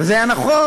וזה היה נכון,